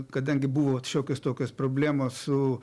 kadangi buvo šiokios tokios problemos su